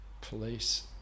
police